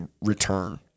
return